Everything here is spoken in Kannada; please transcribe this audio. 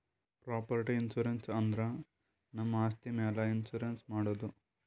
ಪ್ರಾಪರ್ಟಿ ಇನ್ಸೂರೆನ್ಸ್ ಅಂದುರ್ ನಮ್ ಆಸ್ತಿ ಮ್ಯಾಲ್ ಇನ್ಸೂರೆನ್ಸ್ ಮಾಡದು